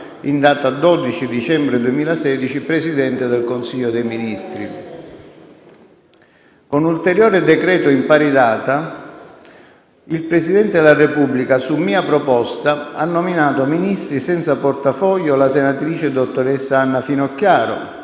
in data 12 dicembre 2016, Presidente del Consiglio dei Ministri. Con ulteriore decreto in pari data, il Presidente della Repubblica, su mia proposta, ha nominato Ministri senza portafoglio la senatrice dottoressa Anna FINOCCHIARO,